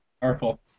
powerful